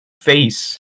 face